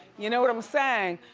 you know what i'm saying?